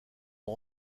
ont